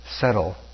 settle